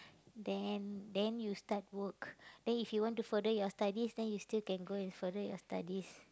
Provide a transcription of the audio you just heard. then then you start work then if you want to further your studies then you still can go and further your studies